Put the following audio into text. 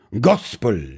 Gospel